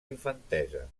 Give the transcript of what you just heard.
infantesa